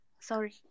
sorry